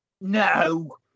No